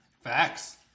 Facts